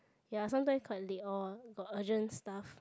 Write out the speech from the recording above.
ya sometimes quite late lor got urgent stuff